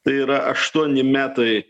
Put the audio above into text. tai yra aštuoni metai